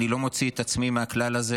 אני לא מוציא את עצמי מהכלל הזה.